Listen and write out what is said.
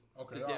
Okay